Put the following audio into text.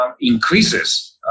increases